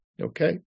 Okay